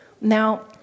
Now